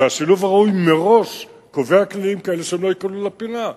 והשילוב הראוי מראש קובע כלים כאלה שהם לא יקלעו לפינה.